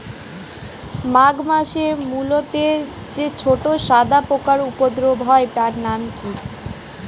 মাঘ মাসে মূলোতে যে ছোট সাদা পোকার উপদ্রব হয় তার নাম কি?